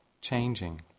changing